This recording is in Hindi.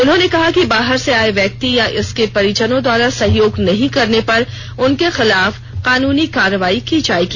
उन्होंने कहा कि बाहर से आए व्यक्ति या इसके परिजनों द्वारा सहयोग नहीं करने पर उनके खिलाफ कानूनी कार्रवाई की जायेगी